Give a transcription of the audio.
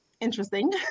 interesting